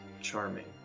charming